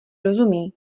rozumí